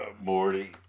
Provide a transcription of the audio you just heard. Morty